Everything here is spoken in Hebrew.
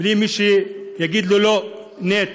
בלי מישהו שיגיד לו: לא, נייט,